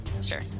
sure